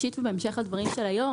בהמשך לדברים של היושב ראש,